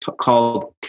called